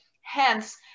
hence